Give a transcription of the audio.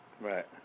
Right